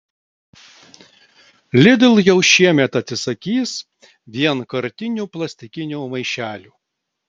lidl jau šiemet atsisakys vienkartinių plastikinių maišelių